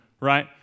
right